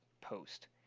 post